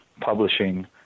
publishing